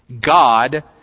God